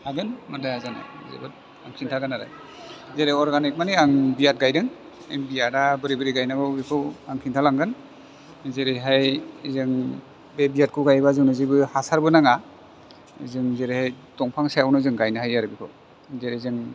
हागोन मानथो हाया जानो जोबोद आं खिन्थागोन आरो जेरै अरगानिक मानि आं बियाद गायदों बे बियादा बोरै बोरै गायनांगौ बेखौ आं खिनथालांगोन जेरैहाय जों बे बियादखौ गायोबा जोंनो जेबो हासारबो नाङा जों जेरै दंफां सायावनो जों गायनो हायो आरो बेखौ जेरै जों